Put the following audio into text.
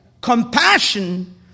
Compassion